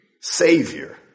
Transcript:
Savior